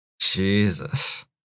Jesus